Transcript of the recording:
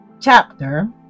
chapter